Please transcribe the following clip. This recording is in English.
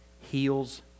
heals